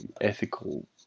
ethical